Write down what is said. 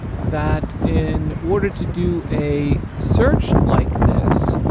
that in order to do a search like this,